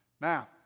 Now